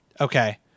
Okay